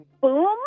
Boom